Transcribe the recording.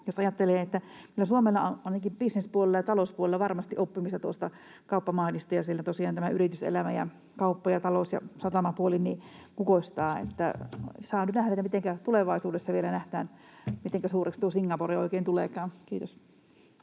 Jos ajattelee, niin kyllä Suomella on ainakin bisnespuolella ja talouspuolella varmasti oppimista tuosta kauppamahdista, missä tosiaan yrityselämä ja kauppa ja talous ja satamapuoli kukoistavat. Saa nyt nähdä, mitenkä tulevaisuudessa vielä nähdään, mitenkä suureksi tuo Singapore oikein tuleekaan. — Kiitos.